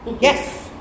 Yes